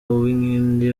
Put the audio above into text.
uwinkindi